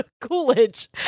Coolidge